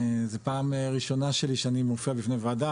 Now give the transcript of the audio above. זה פעם ראשונה שלי שאני מופיע בפני וועדה,